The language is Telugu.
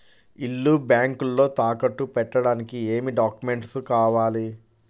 ఇల్లు బ్యాంకులో తాకట్టు పెట్టడానికి ఏమి డాక్యూమెంట్స్ కావాలి?